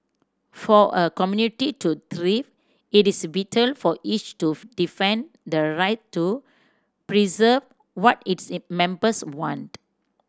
for a community to thrive it is vital for each to defend the right to preserve what its the members want